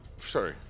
Sorry